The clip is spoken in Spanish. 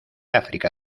áfrica